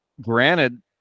Granted